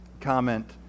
comment